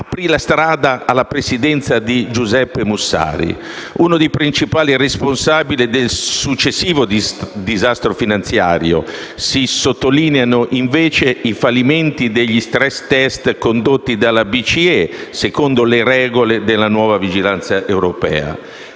aprì la strada alla presidenza di Giuseppe Mussari, uno dei principali responsabili del successivo disastro finanziario. Si sottolineano, invece, i fallimenti degli *stress test* condotti dalla BCE, secondo le regole della nuova vigilanza europea.